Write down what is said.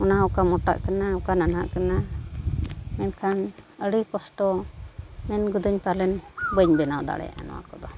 ᱚᱱᱟᱦᱚᱸ ᱚᱠᱟ ᱢᱳᱴᱟᱜ ᱠᱟᱱᱟ ᱚᱠᱟ ᱱᱟᱱᱦᱟᱜ ᱠᱟᱱᱟ ᱢᱮᱱᱠᱷᱟᱱ ᱟᱹᱰᱤ ᱠᱚᱥᱴᱚ ᱢᱮᱱ ᱜᱚᱫᱟᱹᱧ ᱯᱟᱞᱮᱱ ᱵᱟᱹᱧ ᱵᱮᱱᱟᱣ ᱫᱟᱲᱮᱭᱟᱜᱼᱟ ᱱᱚᱣᱟ ᱠᱚᱫᱚ